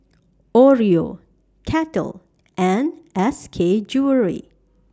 Oreo Kettle and S K Jewellery